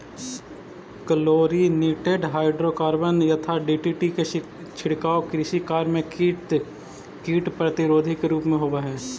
chlorinated hydrocarbon यथा DDT के छिड़काव कृषि कार्य में कीट प्रतिरोधी के रूप में होवऽ हई